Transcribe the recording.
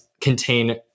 contain